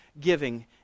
giving